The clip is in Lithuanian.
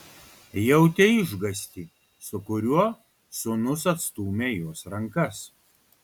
jautė išgąstį su kuriuo sūnus atstūmė jos rankas